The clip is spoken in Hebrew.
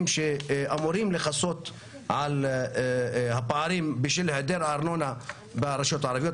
שאמורים לכסות על הפערים עקב היעדר הארנונה ברשויות הערביות.